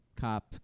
cop